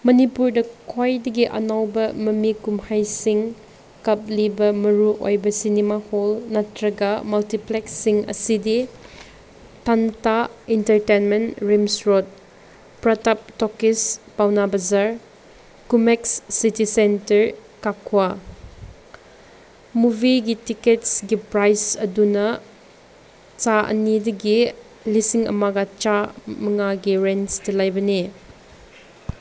ꯃꯅꯤꯄꯨꯔꯗ ꯈ꯭ꯋꯥꯏꯗꯒꯤ ꯑꯅꯧꯕ ꯃꯃꯤ ꯀꯨꯝꯍꯩꯁꯤꯡ ꯀꯥꯞꯂꯤꯕ ꯃꯔꯨ ꯑꯣꯏꯕ ꯁꯤꯅꯤꯃꯥ ꯍꯣꯜ ꯅꯠꯇ꯭ꯔꯒ ꯃꯜꯇꯤꯄ꯭ꯂꯦꯛꯁꯤꯡ ꯑꯁꯤꯗꯤ ꯇꯥꯟꯊꯥ entertainment RIMS road Pratap talkies Paona Bazar ꯀꯨꯃꯦꯛꯁ ꯁꯤꯇꯤ ꯁꯦꯟꯇꯔ ꯀꯛꯋꯥ ꯃꯨꯚꯤꯒꯤ ꯇꯤꯀꯦꯠꯁꯒꯤ ꯄ꯭ꯔꯥꯏꯁ ꯑꯗꯨꯅ ꯆꯥ ꯑꯅꯤꯗꯒꯤ ꯂꯤꯁꯤꯡ ꯑꯃꯒ ꯆꯥ ꯃꯉꯥꯒꯤ ꯔꯦꯟꯖꯇ ꯂꯩꯕꯅꯤ